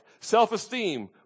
self-esteem